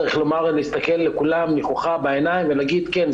צריך להסתכל לכולם נכוחה בעיניים ולהגיד: כן,